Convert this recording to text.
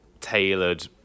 tailored